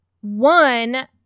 One